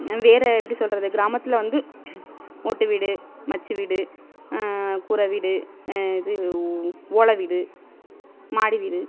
வேறு எப்படி சொல்வது கிராமத்தில் வந்து ஓட்டு வீடு மச்சி வீடு கூரை வீடு இது ஓலை வீடு மாடி வீடு